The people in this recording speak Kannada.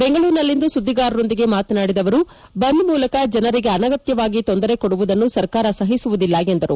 ಬೆಂಗಳೂರಿನಲ್ಲಿಂದು ಸುದ್ದಿಗಾರರೊಂದಿಗೆ ಮಾತನಾಡಿದ ಅವರು ಬಂದ್ ಮೂಲಕ ಜನರಿಗೆ ಅನಗತ್ಯವಾಗಿ ತೊಂದರೆ ಕೊಡುವುದನ್ನು ಸರ್ಕಾರ ಸಹಿಸುವುದಿಲ್ಲ ಎಂದರು